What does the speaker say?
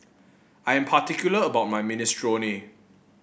I am particular about my Minestrone